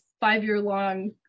five-year-long